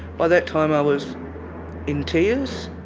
by that time i was in tears.